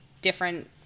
different